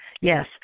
Yes